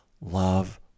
love